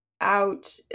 out